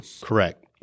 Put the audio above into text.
Correct